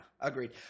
agreed